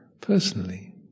personally